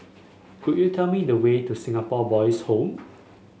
could you tell me the way to Singapore Boys' Home